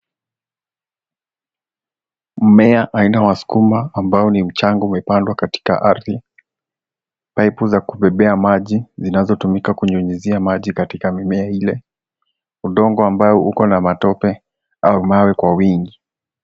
Mmea aina wa sukuma ambao ni mchanga umepandwa katika ardhi. Paipu za kubebea maji zinazotumika kunyunyizia maji katika mimea ile. Udongo ambao uko na matope au mawe kwa wingi.